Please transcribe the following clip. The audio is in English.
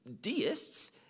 deists